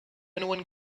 anyone